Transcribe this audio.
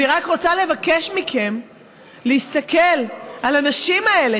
אני רק רוצה לבקש מכם להסתכל על הנשים האלה,